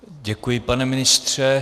Děkuji, pane ministře.